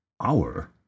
hour